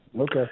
Okay